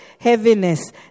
heaviness